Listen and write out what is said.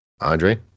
Andre